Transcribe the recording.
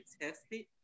tested